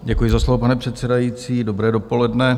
Děkuji za slovo, pane předsedající, dobré dopoledne.